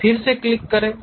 अब फिर से क्लिक करें